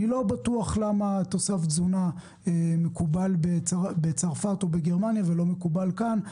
אני לא בטוח למה תוסף תזונה מקובל בצרפת או בגרמניה ולא מקובל כאן.